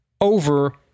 over